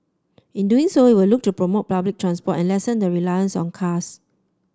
in doing so it will look to promote public transport and lessen the reliance on cars